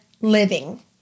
living